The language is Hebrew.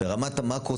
ברמת המקרו,